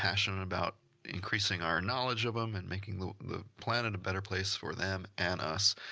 passionate about increasing our knowledge of them and making the the planet a better place for them and us.